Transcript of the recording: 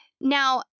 Now